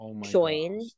Join